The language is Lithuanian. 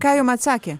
ką jum atsakė